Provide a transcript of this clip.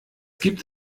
gibt